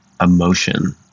emotion –